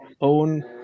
own